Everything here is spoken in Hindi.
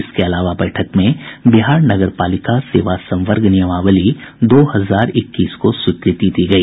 इसके अलावा बैठक में बिहार नगर पालिका सेवा संवर्ग नियमावली दो हजार इक्कीस को स्वीकृति दी गई